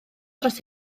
dros